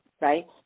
right